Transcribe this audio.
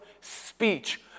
speech